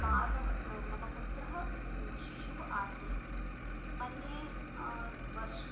बालः मम पुत्रः शिशुः आसीत् मन्ये वर्षः